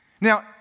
Now